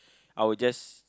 I will just